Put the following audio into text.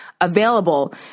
available